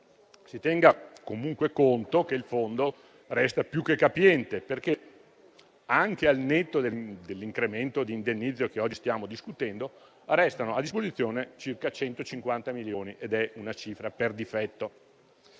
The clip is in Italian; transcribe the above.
Si tenga comunque conto che il fondo resta più che capiente, perché, anche al netto dell'incremento di indennizzo che oggi stiamo discutendo, restano a disposizione circa 150 milioni (è una cifra per difetto).